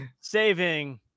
Saving